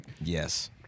Yes